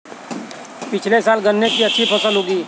पिछले साल गन्ने की अच्छी फसल उगी